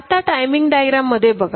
आता timing diagram मध्ये बघा